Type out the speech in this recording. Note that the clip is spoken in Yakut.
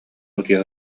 утуйа